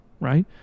right